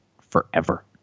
forever